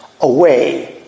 away